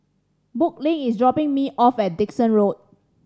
Brooklynn is dropping me off at Dickson Road